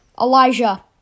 Elijah